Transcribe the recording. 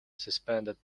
suspended